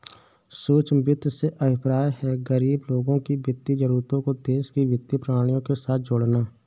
सूक्ष्म वित्त से अभिप्राय है, गरीब लोगों की वित्तीय जरूरतों को देश की वित्तीय प्रणाली के साथ जोड़ना